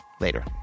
Later